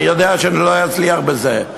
אני יודע שאני לא אצליח בזה,